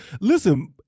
listen